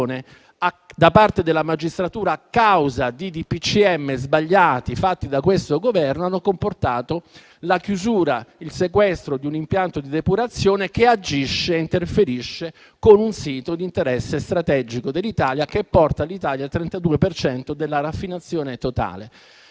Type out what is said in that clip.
da parte della magistratura, a causa di DPCM sbagliati emanati da questo Governo, che hanno comportato la chiusura e il sequestro di un impianto di depurazione, che agisce e interferisce con un sito di interesse strategico per l'Italia, che porta il 32 per cento della raffinazione totale